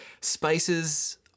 spices